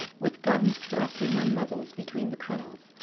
with guns thrusting their muzzles between the crenels,